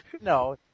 No